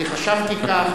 חשבתי כך,